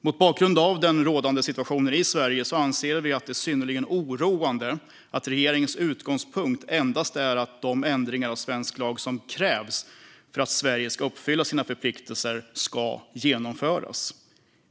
Mot bakgrund av den rådande situationen i Sverige anser vi att det är synnerligen oroande att regeringens utgångspunkt är att endast de ändringar av svensk lag som krävs för att Sverige ska uppfylla sina förpliktelser ska genomföras.